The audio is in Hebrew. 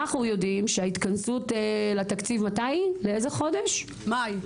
אנחנו יודעים שההתכנסות לתקציב היא לחודש מאי.